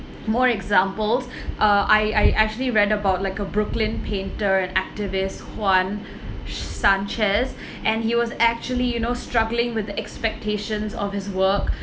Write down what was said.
more examples uh I I actually read about like a brooklyn painter and activist juan sanchez and he was actually you know struggling with expectations of his work